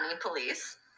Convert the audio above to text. police